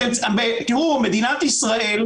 תראו, מדינת ישראל,